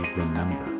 remember